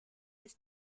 his